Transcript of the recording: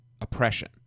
oppression